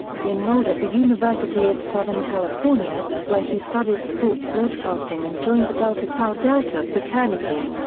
he enrolled at the university of southern california, where he studied sports broadcasting and joined the delta tau delta fraternity.